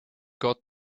got